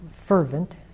fervent